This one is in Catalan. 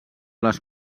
les